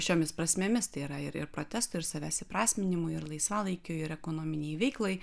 šiomis prasmėmis tai yra ir ir protestui ir savęs įprasminimui ar laisvalaikiui ir ekonominei veiklai